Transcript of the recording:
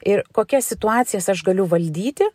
ir kokias situacijas aš galiu valdyti